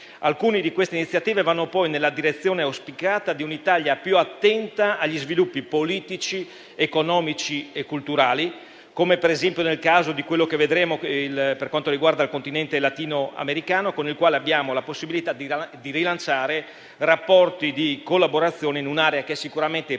Alcune di queste iniziative vanno poi nella direzione auspicata di un'Italia più attenta agli sviluppi politici, economici e culturali, come per esempio nel caso di quello che vedremo per quanto riguarda il continente latinoamericano, con il quale abbiamo la possibilità di rilanciare rapporti di collaborazione in un'area che è sicuramente prioritaria